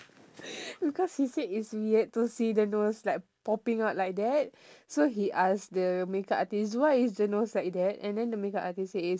because he said it's weird to see the nose like popping out like that so he ask the makeup artist why is the nose like that and then the makeup artist say is